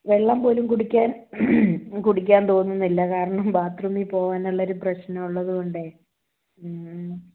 വെള്ളം പോലും കുടിക്കാൻ കുടിക്കാൻ തോന്നുന്നില്ല കാരണം ബാത്റൂമിൽ പോകാനുള്ള ഒരു പ്രശ്നമുള്ളത് കൊണ്ടെ മ് മ്